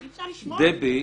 דבי,